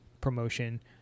promotion